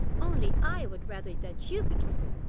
only i would rather that you began